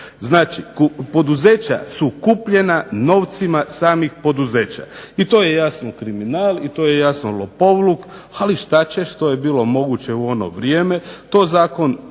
Znači, poduzeća su kupljena novcima samih poduzeća. I to je jasno kriminal i to je jasno lopovluk. Ali šta ćeš. To je bilo moguće u ono vrijeme. To zakon